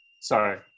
Sorry